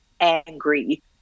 angry